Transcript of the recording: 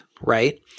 right